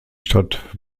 stadt